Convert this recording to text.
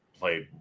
played